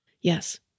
yes